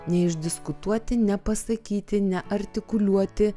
neišdiskutuoti nepasakyti neartikuliuoti